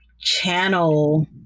channel